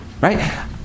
right